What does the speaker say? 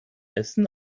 essen